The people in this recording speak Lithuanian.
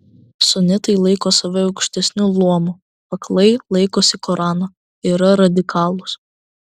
sunitai laiko save aukštesniu luomu aklai laikosi korano yra radikalūs